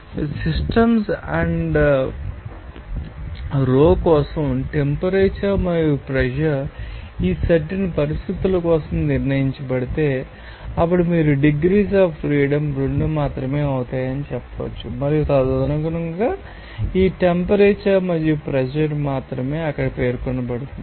కాబట్టి system and row కోసం temperature మరియు ప్రెషర్ ఈ సర్టెన్ పరిస్థితుల కోసం నిర్ణయించబడితే అప్పుడు మీరు డిగ్రీస్ అఫ్ ఫ్రీడమ్ 2 మాత్రమే అవుతాయని చెప్పవచ్చు మరియు తదనుగుణంగా ఈ టెంపరేచర్ మరియు ప్రెషర్ మాత్రమే అక్కడ పేర్కొనబడుతుంది